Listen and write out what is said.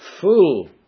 Full